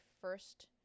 first